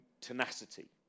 tenacity